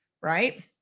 right